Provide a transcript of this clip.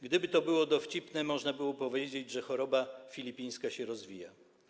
Gdyby to był dowcip, można byłoby powiedzieć, że choroba filipińska się rozwija.